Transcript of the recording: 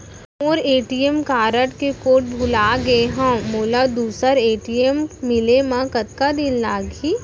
मोर ATM card के code भुला गे हव, मोला दूसर ए.टी.एम मिले म कतका दिन लागही?